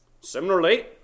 Similarly